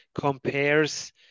compares